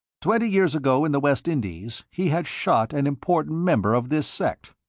twenty years ago in the west indies he had shot an important member of this sect.